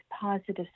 positive